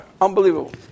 Unbelievable